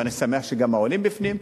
ואני שמח שגם העולים בפנים.